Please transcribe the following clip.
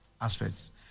aspects